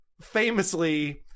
famously